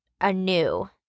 anew